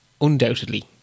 Undoubtedly